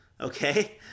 Okay